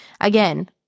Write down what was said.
Again